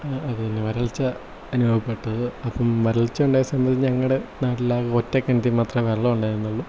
വരൾച്ച അനുഭവപ്പെട്ടത് അപ്പം വരൾച്ച ഉണ്ടായ സമയത്തു ഞങ്ങടെ നാട്ടിലാകെ ഒറ്റ കിണറ്റിൽ മാത്രമേ വെള്ളം ഉണ്ടായിരുന്നുള്ളു